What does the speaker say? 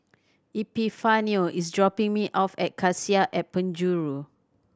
Epifanio is dropping me off at Cassia at Penjuru